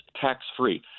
tax-free